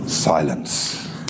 Silence